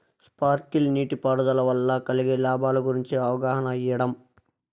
Sprinkle నీటిపారుదల వల్ల కలిగే లాభాల గురించి అవగాహన ఇయ్యడం?